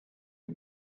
die